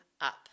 up